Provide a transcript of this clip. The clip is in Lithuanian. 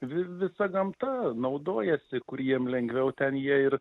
vi visa gamta naudojasi kur jiem lengviau ten jie ir